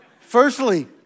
Firstly